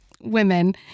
women